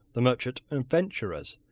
the merchant adventurers,